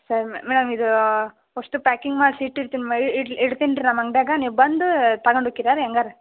sir madam ಇದೂ ಅಷ್ಟು packing ಮಾಡಿಸಿ ಇಟ್ಟಿರ್ತೀನಿ ಮೈ ಇಡ್ತಿನ್ರೀ ನಮ್ಮ ಅಂಗ್ಡಿಯಾಗ ನೀವು ಬಂದು ತಗೊಂಡೋಕ್ಕಿರ್ಯ ಹೆಂಗಾರ